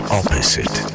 opposite